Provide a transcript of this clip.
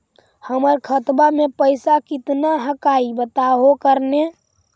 हमर खतवा में पैसा कितना हकाई बताहो करने?